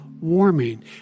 warming